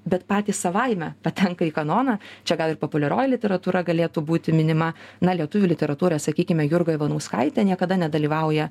bet patys savaime patenka į kanoną čia gal ir populiarioji literatūra galėtų būti minima na lietuvių literatūroj sakykime jurga ivanauskaitė niekada nedalyvauja